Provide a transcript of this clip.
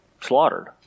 slaughtered